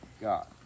god